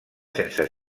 sense